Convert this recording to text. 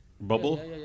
Bubble